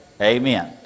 Amen